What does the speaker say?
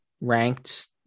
ranked